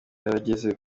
yarageze